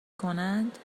کنند